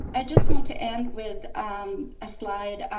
i just want to end with a slide.